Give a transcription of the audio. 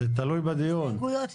זה תלוי בדיון.